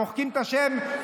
מוחקים את השם,